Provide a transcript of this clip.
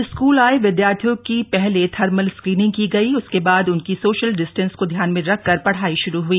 आज स्कूल आए विद्यार्थियों की पहले थर्मल स्कीनिंग की गई उसके बाद उनकी सोशल डिस्टेंशन को ध्यान में रख पढ़ाई श्रू हई